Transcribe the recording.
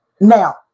Now